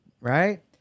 Right